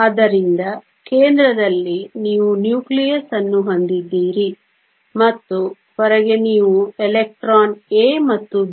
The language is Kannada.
ಆದ್ದರಿಂದ ಕೇಂದ್ರದಲ್ಲಿ ನೀವು ನ್ಯೂಕ್ಲಿಯಸ್ ಅನ್ನು ಹೊಂದಿದ್ದೀರಿ ಮತ್ತು ಹೊರಗೆ ನೀವು ಎಲೆಕ್ಟ್ರಾನ್ A ಮತ್ತು B